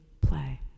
play